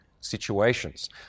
situations